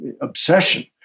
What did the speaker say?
obsession